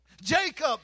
Jacob